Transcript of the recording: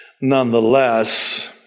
nonetheless